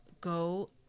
go